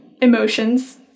emotions